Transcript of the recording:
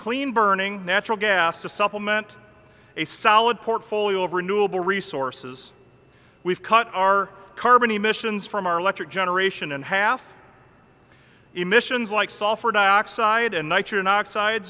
clean burning natural gas to supplement a solid portfolio of renewable resources we've cut our carbon emissions from our electric generation and half emissions like software dioxide and ni